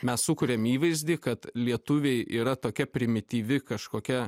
mes sukuriam įvaizdį kad lietuviai yra tokia primityvi kažkokia